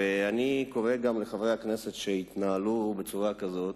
ואני קורא גם לחברי הכנסת שהתנהלו בצורה כזאת,